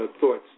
thoughts